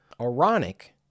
Ironic